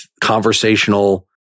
conversational